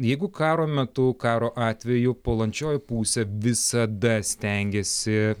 jeigu karo metu karo atveju puolančioji pusė visada stengiasi